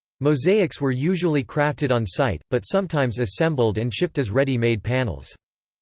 mosaics were usually crafted on site, but sometimes assembled and shipped as ready-made panels.